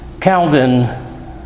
Calvin